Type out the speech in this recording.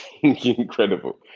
Incredible